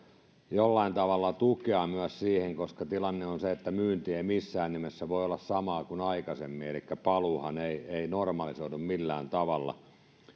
jollain tavalla tukea myös siihen koska tilanne on se että myynti ei missään nimessä voi olla samaa kuin aikaisemmin elikkä paluun myötähän se ei normalisoidu millään tavalla se